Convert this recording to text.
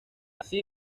así